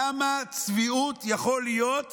כמה צביעות יכולה להיות